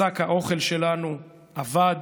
/ שק האוכל שלנו אבד.